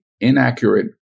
inaccurate